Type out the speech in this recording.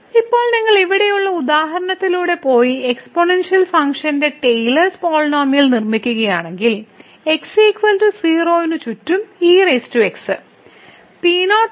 ഇപ്പോൾ നിങ്ങൾ ഇവിടെയുള്ള ഉദാഹരണത്തിലൂടെ പോയി എക്സ്പോണൻഷ്യൽ ഫംഗ്ഷന്റെ ടെയിലേഴ്സ് പോളിനോമിയൽ നിർമ്മിക്കുകയാണെങ്കിൽ x 0 ന് ചുറ്റും ex